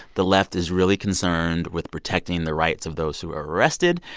the left is really concerned with protecting the rights of those who are arrested.